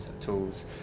tools